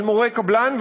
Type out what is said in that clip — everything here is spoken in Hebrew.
על מורי קבלן,